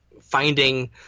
finding